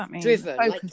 driven